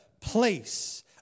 place